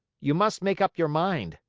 you must make up your mind.